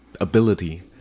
ability